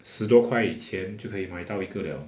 十多块钱就可以买到一个 liao